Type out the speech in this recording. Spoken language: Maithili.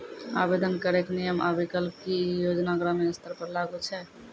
आवेदन करैक नियम आ विकल्प? की ई योजना ग्रामीण स्तर पर लागू छै?